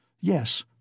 Yes